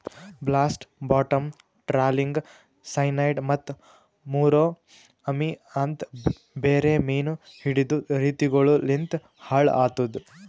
blast, bottom trawling, cyanide ಮತ್ತ ಮುರೋ ಅಮಿ ಅಂತ್ ಬೇರೆ ಮೀನು ಹಿಡೆದ್ ರೀತಿಗೊಳು ಲಿಂತ್ ಹಾಳ್ ಆತುದ್